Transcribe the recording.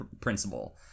principle